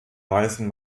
weisen